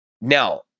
Now